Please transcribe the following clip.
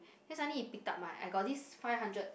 then suddenly he pick up my I got this five hundred